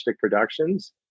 Productions